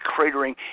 cratering